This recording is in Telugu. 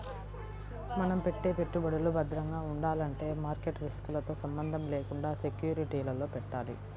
మనం పెట్టే పెట్టుబడులు భద్రంగా ఉండాలంటే మార్కెట్ రిస్కులతో సంబంధం లేకుండా సెక్యూరిటీలలో పెట్టాలి